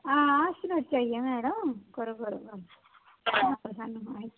आ सनोचा दी ऐ करो करो गल्ल आंं